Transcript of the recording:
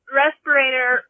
respirator